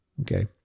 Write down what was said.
Okay